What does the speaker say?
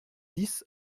dix